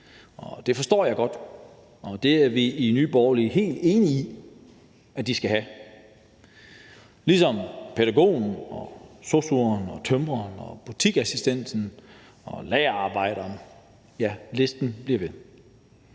Det forstår jeg godt, og det er vi i Nye Borgerlige helt enige i de skal have, ligesom pædagogerne, sosu'erne, tømrerne, butiksassistenterne, lagerarbejderne, og ja, listen bliver ved.